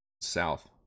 South